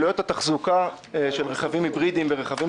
עלויות התחזוקה של רכבים היברידיים ורכבים